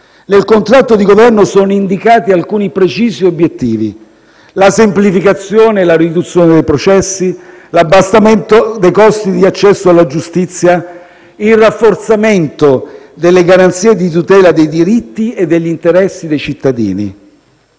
Nel contratto di Governo sono indicati alcuni precisi obiettivi: la semplificazione e la riduzione dei processi, la diminuzione dei costi di accesso alla giustizia, il rafforzamento delle garanzie di tutela dei diritti e degli interessi dei cittadini.